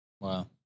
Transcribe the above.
Wow